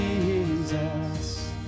Jesus